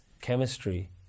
chemistry